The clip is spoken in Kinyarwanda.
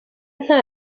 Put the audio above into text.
nta